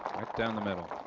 down the middle.